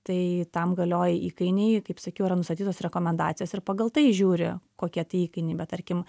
tai tam galioja įkainiai kaip sakiau yra nustatytos rekomendacijos ir pagal tai žiūri kokie tie įkainiai bet tarkim